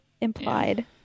implied